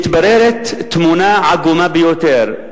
מתבררת תמונה עגומה ביותר.